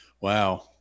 Wow